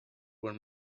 were